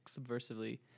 subversively